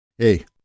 hey